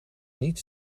niet